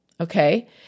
okay